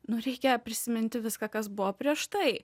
nu reikia prisiminti viską kas buvo prieš tai